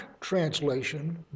translation